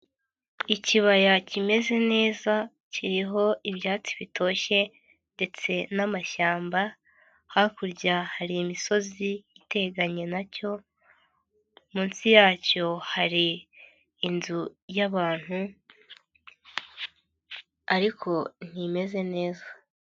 Ikibaya kimeze neza kiriho ibyatsi bitoshye ndetse n'amashyamba, hakurya hari imisozi iteganye na cyo munsi yacyo hari inzu y'abantu ariko ntimeze neza.